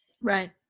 Right